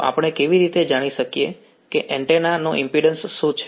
તો આપણે કેવી રીતે જાણી શકીએ કે એન્ટેના નો ઈમ્પિડ્ન્સ શું છે